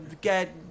get